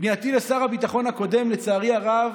פנייתי לשר הביטחון הקודם, לצערי הרב,